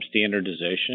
standardization